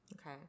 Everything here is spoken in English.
Okay